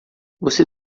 você